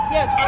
Yes